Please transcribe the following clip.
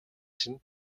чинь